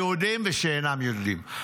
יהודים ושאינם יהודים,